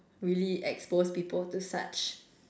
really expose people to such